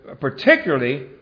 particularly